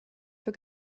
für